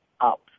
up